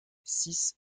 six